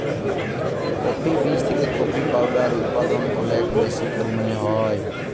coffee বীজ থেকে coffee powder উদপাদল অলেক বেশি পরিমালে হ্যয়